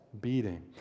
beating